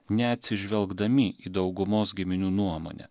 neatsižvelgdami į daugumos giminių nuomonę